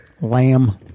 Lamb